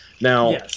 Now